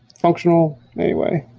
functional anyway.